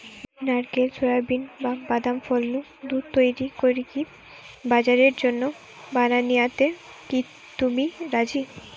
নারকেল, সুয়াবিন, বা বাদাম ফল নু দুধ তইরি করিকি বাজারের জন্য বানানিয়াতে কি তুমি রাজি?